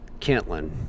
Kentland